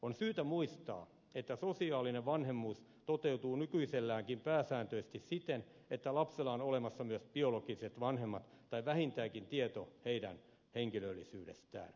on syytä muistaa että sosiaalinen vanhemmuus toteutuu nykyiselläänkin pääsääntöisesti siten että lapsella on olemassa myös biologiset vanhemmat tai vähintäänkin tieto heidän henkilöllisyydestään